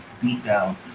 beatdown